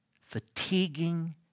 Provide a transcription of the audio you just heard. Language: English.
fatiguing